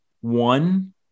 one